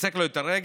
ריסק לו את הרגל.